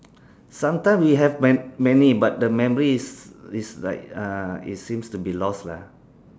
sometime we have man~ many but the memory is is like uh it seems to be lost lah